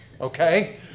okay